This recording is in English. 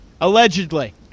Allegedly